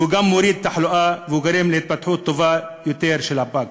ושהוא גם מוריד תחלואה וגורם להתפתחות טובה יותר של הפג.